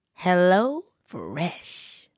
HelloFresh